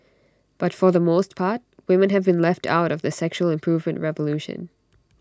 but for the most part women have been left out of the sexual improvement revolution